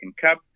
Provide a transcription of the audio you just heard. Cup